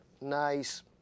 nice